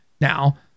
now